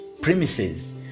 premises